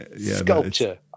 Sculpture